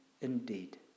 indeed